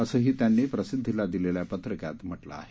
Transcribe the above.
असंही त्यांनी प्रसिद्धीला दिलेल्या पत्रकात म्हटलं आहे